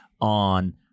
on